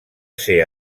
ser